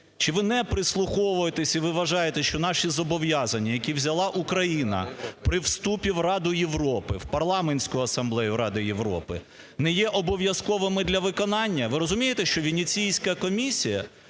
Чи ви не прислуховуєтесь і ви вважаєте, що наші зобов'язання, які взяла Україна при вступі в Раду Європи, в Парламентську асамблею Ради Європи, не є обов'язковими для виконання? Ви розумієте, що Венеційська комісія